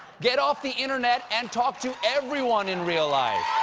get off the internet and talk to everyone in real life.